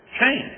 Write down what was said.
Change